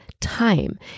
time